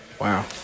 Wow